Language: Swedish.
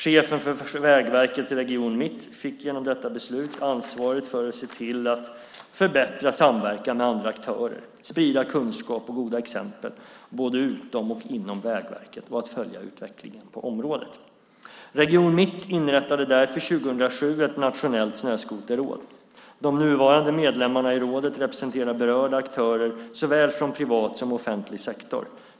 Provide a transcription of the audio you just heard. Chefen för Vägverkets Region Mitt fick genom detta beslut ansvaret för att se till att förbättra samverkan med andra aktörer, sprida kunskap och goda exempel, både utom och inom Vägverket, och följa utvecklingen på området. Region Mitt inrättade därför 2007 ett nationellt snöskoterråd. De nuvarande medlemmarna i rådet representerar berörda aktörer från såväl privat som offentlig sektor.